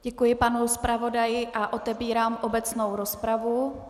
Děkuji panu zpravodaji a otevírám obecnou rozpravu.